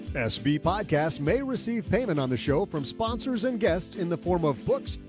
sb podcast may receive payment on the show from sponsors and guests in the form of books,